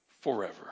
forever